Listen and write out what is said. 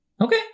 Okay